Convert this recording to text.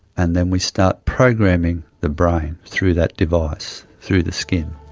and then we start programming the brain through that device, through the skin.